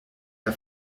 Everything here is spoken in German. der